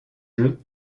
jeu